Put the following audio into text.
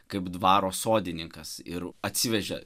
kaip dvaro sodininkas ir atsivežė